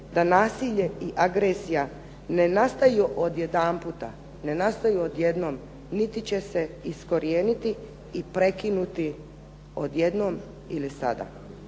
da nasilje i agresija ne nastaju odjedanputa, ne nastaju odjednom, niti će se iskorijeniti i prekinuti odjednom ili sada.